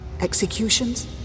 Executions